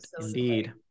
indeed